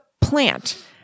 plant